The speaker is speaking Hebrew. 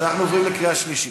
אנחנו עוברים לקריאה שלישית.